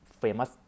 famous